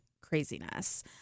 craziness